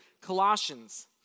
Colossians